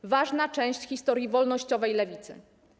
To ważna część historii wolnościowej Lewicy.